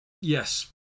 Yes